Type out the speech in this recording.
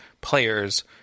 players